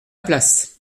place